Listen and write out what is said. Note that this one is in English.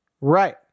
Right